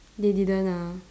they didn't ah